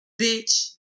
Bitch